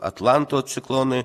atlanto ciklonai